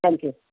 thank you